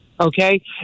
Okay